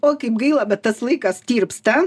o kaip gaila bet tas laikas tirpsta